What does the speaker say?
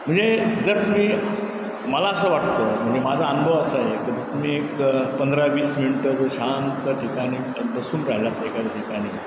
म्हणजे जर तुम्ही मला असं वाटतं म्हणजे माझा अनुभव असा आहे क जर तुम्ही एक पंधरा वीस मिनटं जर शांत ठिकाणी बसून राहिलात एखाद ठिकाणी